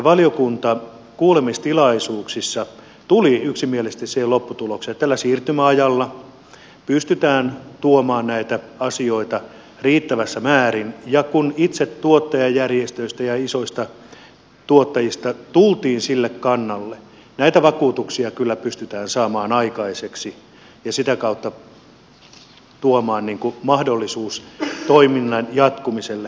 valiokunta kuulemistilaisuuksissa tuli yksimielisesti siihen lopputulokseen että tällä siirtymäajalla pystytään tuomaan näitä asioita riittävässä määrin ja kun itse tuottajajärjestöistä ja isoista tuottajista tultiin sille kannalle näitä vakuutuksia kyllä pystytään saamaan aikaiseksi ja sitä kautta tuomaan mahdollisuus toiminnan jatkumiselle